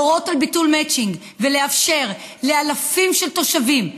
להורות על ביטול מצ'ינג ולאפשר לאלפים של תושבים,